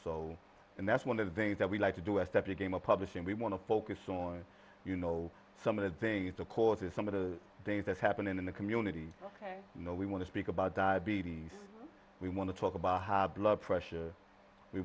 so and that's one of the things that we like to do is step your game of publishing we want to focus on you know some of the things that are causing some of the things that's happening in the community ok we want to speak about diabetes we want to talk about blood pressure we